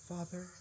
Father